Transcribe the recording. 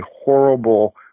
horrible